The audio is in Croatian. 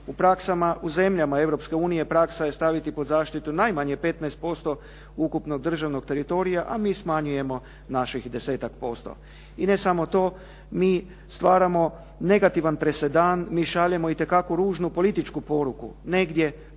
unije praksa je staviti pod zaštitu najmanje 15% ukupnog državnog teritorija, a mi smanjujemo naših desetak posto. I ne samo to, mi stvaramo negativan presedan. Mi šaljemo itekakvu ružnu političku poruku. Negdje